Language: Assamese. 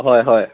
হয় হয়